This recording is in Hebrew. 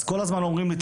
אז כל הזמן אומרים לי,